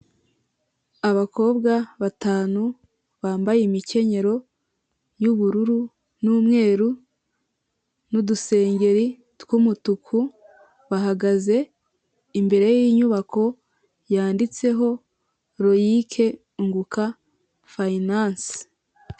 Abakobwa batanu bambaye imikenyero y'ubururu n'umweru n'udusengeri tw'umutuku, bahagaze imbere y'inyubako yanditseho Loic unguka finance.